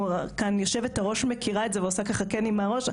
היו"ר מכירה את זה ומהנהנת עם הראש,